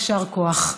יישר כוח.